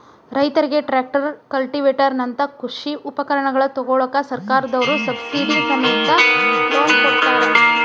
ರೈತರಿಗೆ tractor, cultivator ನಂತ ಕೃಷಿ ಉಪಕರಣ ತೊಗೋಳಾಕ ಸರ್ಕಾರದವ್ರು ಸಬ್ಸಿಡಿ ಸಮೇತ ಲೋನ್ ಕೊಡ್ತಾರ